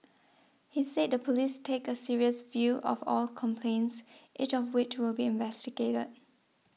he said the police take a serious view of all complaints each of which will be investigated